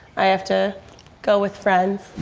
i have to go with friends.